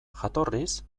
jatorriz